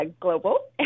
global